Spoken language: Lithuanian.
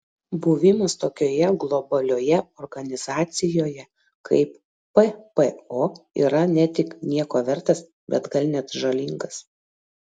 buvimas tokioje globalioje organizacijoje kaip ppo yra ne tik nieko vertas bet gal net žalingas